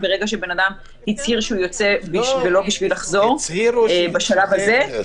ברגע שבן אדם הצהיר שהוא יוצא ולא בשביל לחזור בשלב הזה,